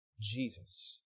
Jesus